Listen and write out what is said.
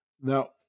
now